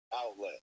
outlet